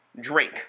drink